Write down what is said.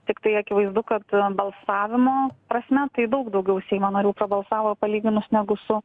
tiktai akivaizdu kad balsavimo prasme tai daug daugiau seimo narių prabalsavo palyginus negu su